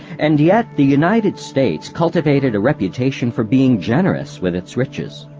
and yet the united states cultivated a reputation for being generous with its riches.